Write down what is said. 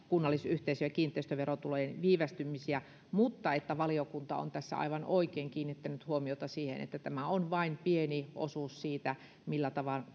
kunnallis yhteisö ja kiinteistöverotulojen viivästymisiä mutta valiokunta on tässä aivan oikein kiinnittänyt huomiota siihen että tämä on vain pieni osuus siitä millä tavalla